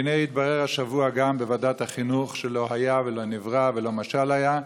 והינה התברר השבוע גם בוועדת החינוך שלא היה ולא נברא ולא משל היה.